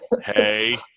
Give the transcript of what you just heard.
hey